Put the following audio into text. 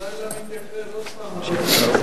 הלילה מתייקר עוד פעם הדלק.